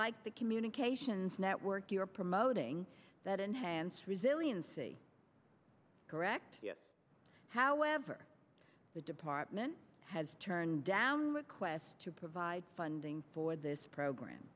like the communications network you're promoting that enhanced resiliency correct however the department has turned down requests to provide funding for this program